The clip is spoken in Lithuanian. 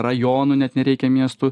rajonų net nereikia miestų